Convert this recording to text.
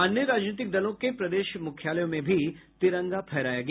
अन्य राजनीतिक दलों के प्रदेश मुख्यालयों में भी तिरंगा फहराया गया